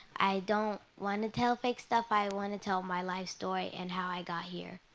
i don't want to tell fake stuff, i want to tell my life story and how i got here.